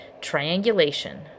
triangulation